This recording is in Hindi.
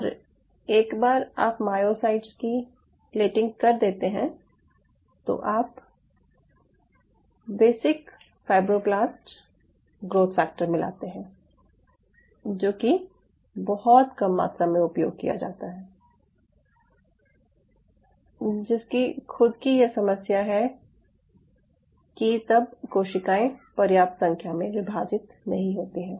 और एक बार आप मायोसाइट्स की प्लेटिंग कर देते हैं तो आप बेसिक फाईब्रोब्लास्ट ग्रोथ फैक्टर मिलाते हैं जो कि बहुत कम मात्रा में उपयोग किया जाता है जिसकी खुद की ये समस्या है कि तब कोशिकाएं पर्याप्त संख्या में विभाजित नहीं होती हैं